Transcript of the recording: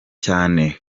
cyane